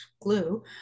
glue